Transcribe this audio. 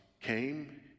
came